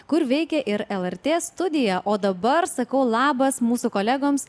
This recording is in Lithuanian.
kur veikia ir lrt studija o dabar sakau labas mūsų kolegoms